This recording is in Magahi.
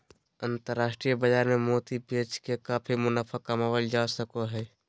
अन्तराष्ट्रिय बाजार मे मोती बेच के काफी मुनाफा कमावल जा सको हय